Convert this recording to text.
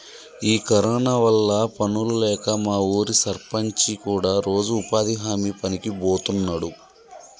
ఈ కరోనా వల్ల పనులు లేక మా ఊరి సర్పంచి కూడా రోజు ఉపాధి హామీ పనికి బోతున్నాడు